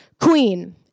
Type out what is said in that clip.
queen